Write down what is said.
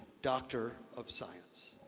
doctor of science.